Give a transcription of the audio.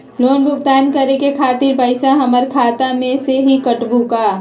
Loan भुगतान करे के खातिर पैसा हमर खाता में से ही काटबहु का?